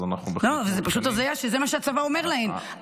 אז אנחנו בהחלט מודעים.